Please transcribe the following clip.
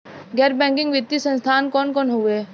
गैर बैकिंग वित्तीय संस्थान कौन कौन हउवे?